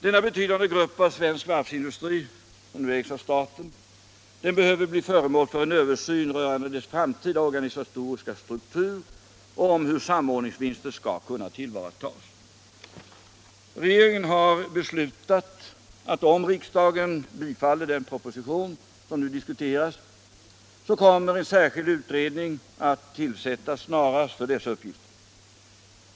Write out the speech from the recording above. Denna betydande grupp av svensk varvsindustri, som nu kommer att ägas av staten, behöver bli föremål för en översyn rörande dess framtida organisatoriska struktur och om hur samordningsvinster skall kunna tillvaratas. Regeringen har beslutat att om riksdagen bifaller den proposition som nu diskuteras, kommer en särskild utredning att tillsättas snarast för dessa uppgifter.